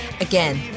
Again